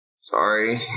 sorry